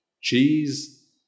cheese